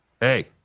Hey